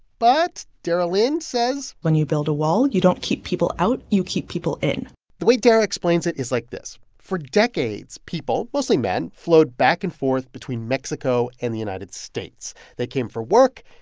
but dara lind says. when you build a wall, you don't keep people out. you keep people in the way dara explains it is like this. for decades, people, mostly men, flowed back and forth between mexico and the united states. they came for work.